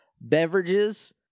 beverages